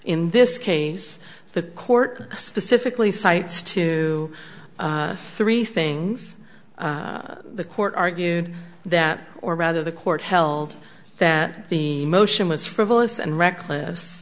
in this case the court specifically cites to three things the court argued that or rather the court held that the motion was frivolous and reckless